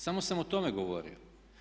Samo sam o tome govorio.